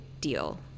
deal